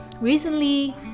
recently